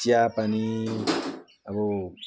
चियापानी अब